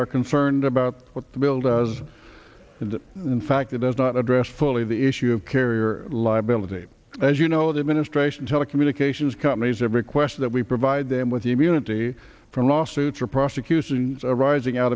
are concerned about what the bill does and that in fact it does not address fully the issue of carrier liability as you know the administration telecommunications companies have requests that we provide them with the immunity from lawsuits or prosecutions arising out